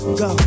go